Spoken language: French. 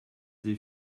des